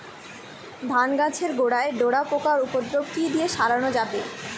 ধান গাছের গোড়ায় ডোরা পোকার উপদ্রব কি দিয়ে সারানো যাবে?